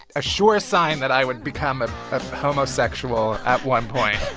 a sure sign that i would become a homosexual at one point.